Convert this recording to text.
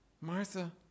Martha